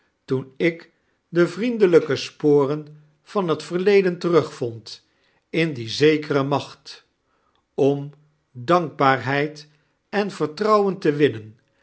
toen ik de vriendelijke sporen van het verleden terugvond in die zekere macht om dankbaarheid en vertrouwen te winnen